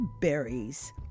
berries